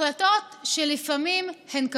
החלטות שלפעמים הן קשות.